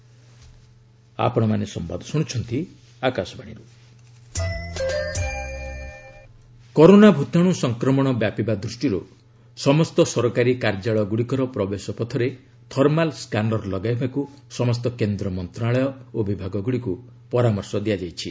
DOPT corona virus corona ଭୂତାଣୁ ସଂକ୍ରମଣ ବ୍ୟାପିବା ଦୃଷ୍ଟିରୁ ସମସ୍ତ ସରକାରୀ କାର୍ଯ୍ୟାଳୟଗୁଡ଼ିକର ପ୍ରବେଶପଥରେ ଥର୍ମାଲ ସ୍କାନର ଲଗାଇବାକୁ ସମସ୍ତ କେନ୍ଦ୍ର ମନ୍ତ୍ରଣାଳୟ ଓ ବିଭାଗଗୁଡ଼ିକୁ ପରାମର୍ଶ ଦିଆଯାଇଛି